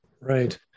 Right